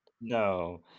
No